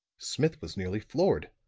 smith was nearly floored.